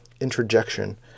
interjection